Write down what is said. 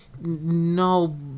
No